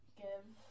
give